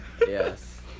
Yes